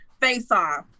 face-off